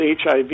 HIV